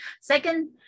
Second